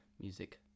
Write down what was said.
music